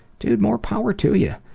dude, more power to you.